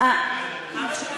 נפתלי בנט, אבא שלו נפטר.